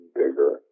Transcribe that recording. bigger